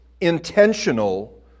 intentional